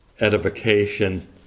edification